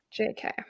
JK